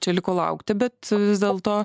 čia liko laukti bet vis dėlto